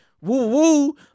Woo-woo